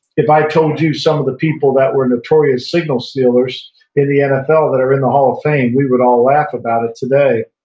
if i told you some of the people that were notorious signal stealers in the nfl that are in the hall of fame we would all laugh about it today.